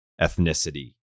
ethnicity